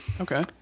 Okay